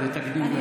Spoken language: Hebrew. זה תקדים.